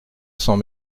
sans